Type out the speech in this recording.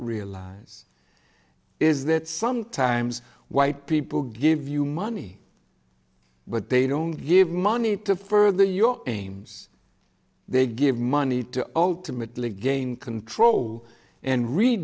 realize is that sometimes white people give you money but they don't give money to further your aims they give money to ultimately gain control and rea